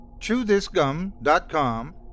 ChewThisGum.com